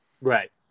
Right